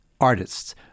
artists